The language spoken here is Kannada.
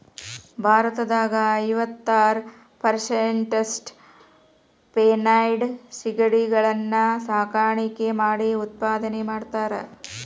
ಭಾರತದಾಗ ಐವತ್ತಾರ್ ಪೇರಿಸೆಂಟ್ನಷ್ಟ ಫೆನೈಡ್ ಸಿಗಡಿಗಳನ್ನ ಸಾಕಾಣಿಕೆ ಮಾಡಿ ಉತ್ಪಾದನೆ ಮಾಡ್ತಾರಾ